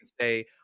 say